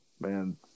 Man